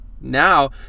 Now